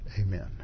Amen